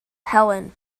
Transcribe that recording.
helen